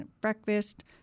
Breakfast